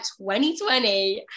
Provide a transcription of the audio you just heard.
2020